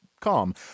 calm